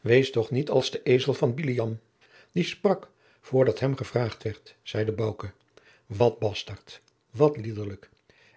wees toch niet als de ezel van bileam die sprak voor dat hem gevraagd werd zeide bouke wat bastert wat liederlijk